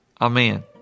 Amen